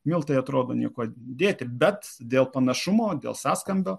miltai atrodo niekuo dėti bet dėl panašumo dėl sąskambio